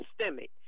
systemic